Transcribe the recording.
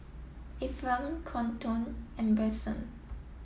Ephraim Quinton and Branson